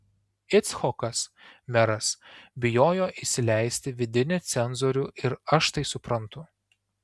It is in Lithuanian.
icchokas meras bijojo įsileisti vidinį cenzorių ir aš tai suprantu